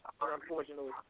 unfortunately